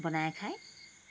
বনাই খায়